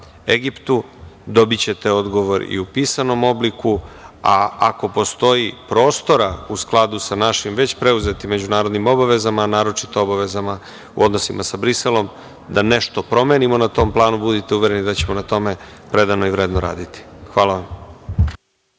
Egiptu. Dobićete odgovor i u pisanom obliku, a ako postoji prostora, u skladu sa našim već preuzetim međunarodnim obavezama, a naročito u obavezama u odnosima sa Briselom da nešto promenimo na tom planu, budite uvereni da ćemo na tome predano i vredno raditi. Hvala vam.